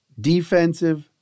defensive